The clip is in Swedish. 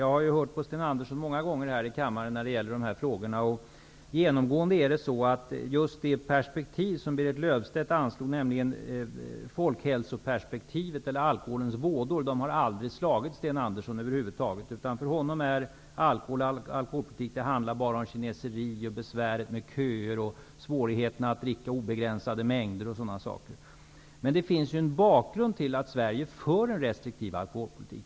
Jag har ju hört Sten Andersson tala många gånger här i kammaren om dessa frågor, och det har genomgående varit så att just det perspektiv som Berit Löfstedt anlade, folkhälsoperspektivet och alkoholens vådor, inte har slagit Sten Andersson. För honom handlar alkoholpolitik bara om kineseri, besväret med köer, svårigheterna att dricka obegränsade mängder och sådana saker. Men det finns ju en bakgrund till att Sverige för en restriktiv alkoholpolitik.